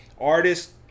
Artists